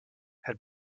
had